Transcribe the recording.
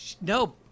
No